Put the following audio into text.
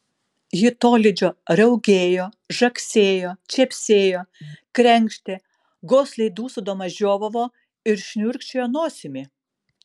ji tolydžio riaugėjo žagsėjo čepsėjo krenkštė gosliai dūsaudama žiovavo ir šniurkščiojo nosimi